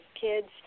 kids